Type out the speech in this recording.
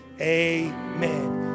Amen